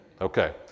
Okay